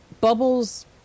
bubbles